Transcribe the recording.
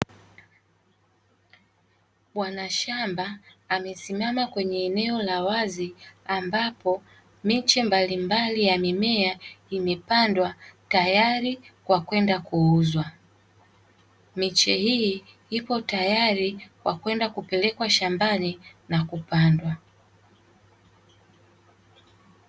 Bwana shamba amesimama kwenye eneo la wazi ambapo miche mbalimbali ya mimea imepandwa tayari kwa kwenda kuuzwa. Miche hii ipo tayari kwa kwenda kupelekwa shambani na kupandwa.